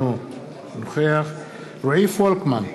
אינו נוכח רועי פולקמן,